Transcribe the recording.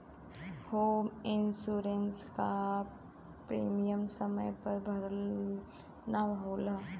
home insurance क premium समय पर भरना होला